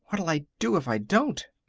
what'll i do if i don't?